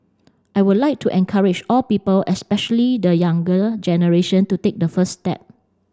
I would like to encourage all people especially the younger generation to take the first step